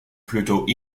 plutôt